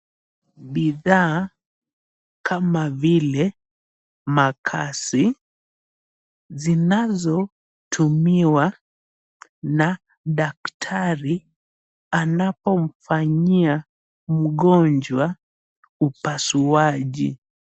Bidhaa kama vile makasi zinazotumiwa na daktari anapomfanyia mgonjwa upasuaji.